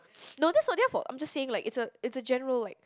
no that's not their fault I'm just saying like it's a it's a general like